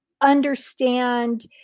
understand